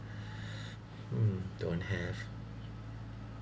um don't have